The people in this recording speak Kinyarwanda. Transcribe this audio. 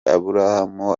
aburahamu